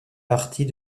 partie